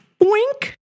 wink